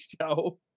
show